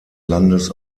landes